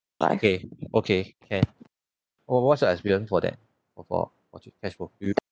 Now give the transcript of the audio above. okay okay can what what's your experience for that for for for the cashflo you